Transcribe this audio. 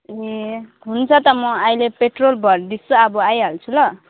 ए हुन्छ त म अहिले पेट्रोल भर्दैछु अब आइहाल्छु ल